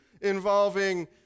involving